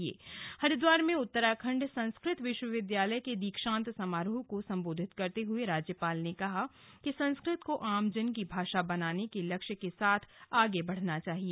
कल हरिद्वार में उत्तराखण्ड संस्कृत विश्वविद्यालय के दीक्षांत समारोह को संबोधित करते हुए राज्यपाल ने कहा कि संस्कृत को आमजन की भाषा बनाने के लक्ष्य के साथ आगे बढ़ना चाहिए